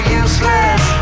useless